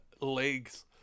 legs